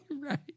right